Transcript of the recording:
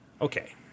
Okay